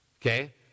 Okay